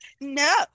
No